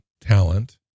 talent